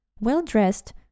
well-dressed